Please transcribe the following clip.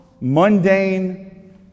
mundane